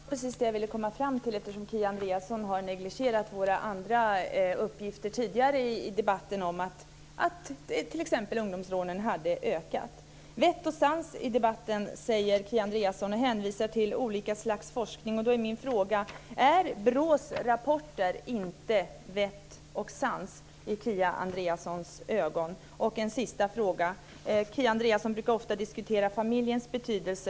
Herr talman! Det var precis det som jag ville komma fram till, eftersom Kia Andreasson har negligerat våra uppgifter tidigare i debatten om att t.ex. ungdomsrånen har ökat. Vett och sans i debatten, säger Kia Andreasson och hänvisar till olika slags forskning. Då är min fråga: Är BRÅ:s rapporter inte vett och sans i Kia Andreassons ögon? Jag har en sista fråga. Kia Andreasson brukar ofta diskutera familjens betydelse.